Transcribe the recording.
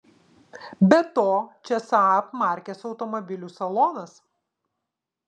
be to čia saab markės automobilių salonas